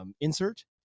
insert